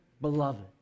beloved